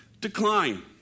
decline